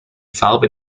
farben